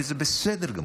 וזה בסדר גמור.